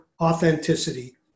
authenticity